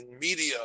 media